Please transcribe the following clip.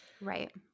Right